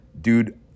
Dude